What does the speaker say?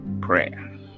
prayer